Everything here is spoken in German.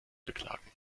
beklagen